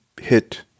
hit